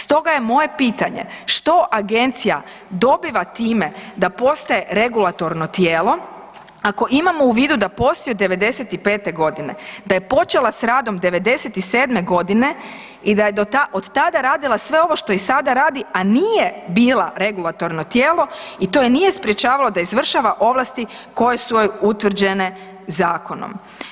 Stoga je moje pitanje, što agencija dobiva time da postaje regulatorno tijelo ako imamo u vidu da postoji od '95.g., da je počela s radom '97.g. i da je od tada radila sve ovo što i sada radi, a nije bila regulatorno tijelo i to je nije sprječavalo da izvršava ovlasti koje su joj utvrđene zakonom?